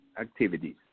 activities